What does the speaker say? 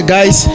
Guys